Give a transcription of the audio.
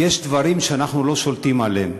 יש דברים שאנחנו לא שולטים בהם.